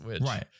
right